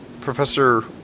professor